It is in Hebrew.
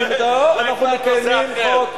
אנחנו מקיימים חוק.